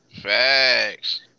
Facts